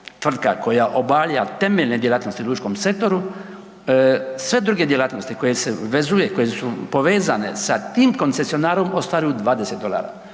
tvrtka koja obavlja temeljne djelatnosti u lučkom sektoru, sve druge djelatnosti koje se vezuje, koje su povezane sa tim koncesionarom ostvaruju 20 dolara